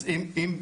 אז אם,